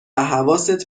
حواست